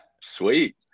sweet